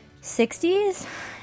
60s